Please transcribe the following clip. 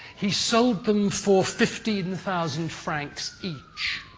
he sold them for fifteen and thousand francs each.